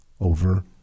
over